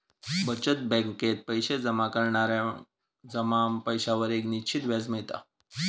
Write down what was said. बचत बॅकेत पैशे जमा करणार्यांका जमा पैशांवर एक निश्चित व्याज मिळता